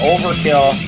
Overkill